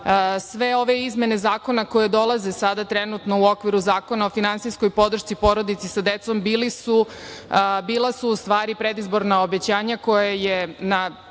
sve ove izmene zakona koji dolaze sada trenutno u okviru Zakona o finansijskoj podršci porodici sa decom bila su u stvari predizborna obećanja koje je